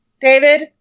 David